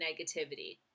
negativity